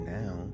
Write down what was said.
now